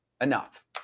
enough